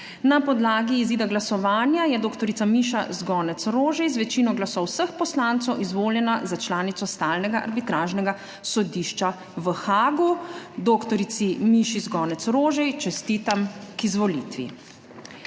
Na podlagi izida glasovanja je dr. Miša Zgonec - Rožej z večino glasov vseh poslancev izvoljena za članico Stalnega arbitražnega sodišča v Haagu. Dr. Miši Zgonec - Rožej čestitam za izvolitev.